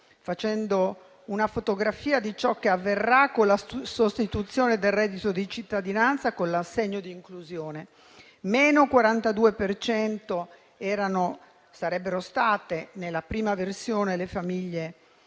facendo una fotografia di ciò che avverrà con la sostituzione del reddito di cittadinanza con l'assegno di inclusione: meno 42 per cento sarebbero state, nella prima versione, le famiglie